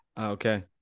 Okay